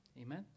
Amen